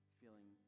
feeling